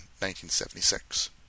1976